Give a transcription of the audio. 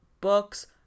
books